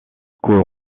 cour